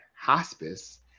hospice